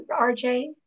RJ